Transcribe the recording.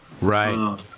Right